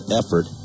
effort